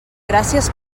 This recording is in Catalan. gràcies